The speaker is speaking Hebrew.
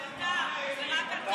זה אתה, זה רק אתה.